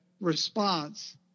response